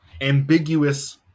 ambiguous